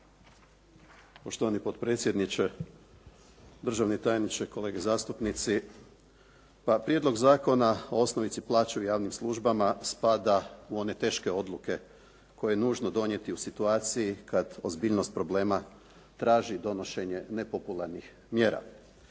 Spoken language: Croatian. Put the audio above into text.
Poštovani potpredsjedniče, državni tajniče, kolege zastupnici. Pa Prijedlog zakona o osnovici plaće u javnim službama spada u one teške odluke koje je nužno donijeti u situaciji kad ozbiljnost problema traži donošenje nepopularnih mjera.